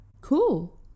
cool